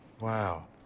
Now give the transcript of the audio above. Wow